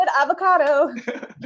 avocado